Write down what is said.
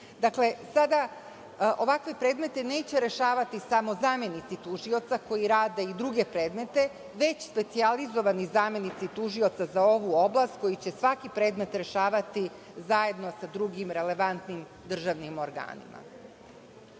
sada ovakve predmete neće rešavati samo zamenici tužioca koji rade i druge predmete, već specijalizovani zamenici tužioca za ovu oblast, koji će svaki predmet rešavati zajedno sa drugim relevantnim državnim organima. Duh